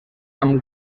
amb